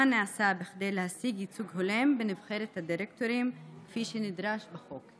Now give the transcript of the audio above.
מה נעשה כדי להשיג ייצוג הולם בנבחרת הדירקטורים כפי שנדרש בחוק?